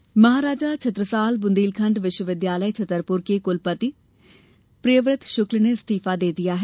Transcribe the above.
कुलपति महाराजा छत्रसाल बुन्देलखण्ड विश्वविद्यालय छतरपुर के कुलपति प्रियव्रत शुक्ल ने इस्तीफा दे दिया है